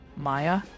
Maya